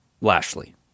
Lashley